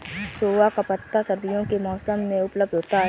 सोआ का पत्ता सर्दियों के मौसम में उपलब्ध होता है